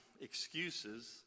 excuses